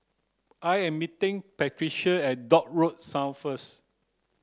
I am meeting Patricia at Dock Road South first